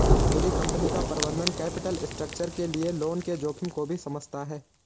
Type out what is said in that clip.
मेरी कंपनी का प्रबंधन कैपिटल स्ट्रक्चर के लिए लोन के जोखिम को भी समझता है